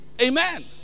Amen